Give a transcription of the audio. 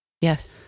Yes